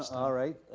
all right,